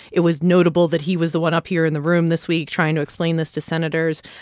it was notable that he was the one up here in the room this week, trying to explain this to senators.